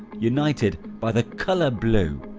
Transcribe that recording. united by the colour blue.